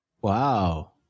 Wow